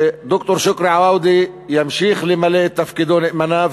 וד"ר שוכרי עואדה ימשיך למלא את תפקידו נאמנה,